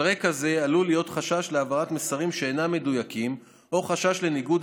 על רקע זה עלול להיות חשש להעברת מסרים שאינם מדויקים או חשש לניגוד